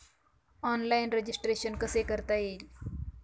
Online registration कसे करता येईल?